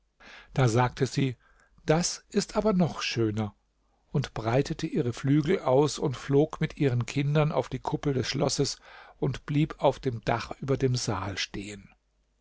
da sagte sie das ist aber noch schöner und breitete ihre flügel aus und flog mit ihren kindern auf die kuppel des schlosses und blieb auf dem dach über dem saal stehen